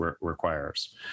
requires